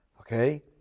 okay